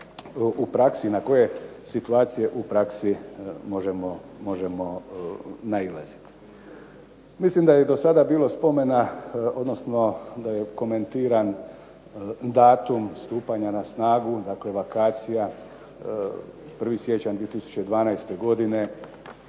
u praksi i na koje situacije u praksi možemo nailaziti. Mislim da je i do sada bilo spomena, odnosno da je komentiran datum stupanja na snagu, dakle evakacija 1. siječanj 2012. godine.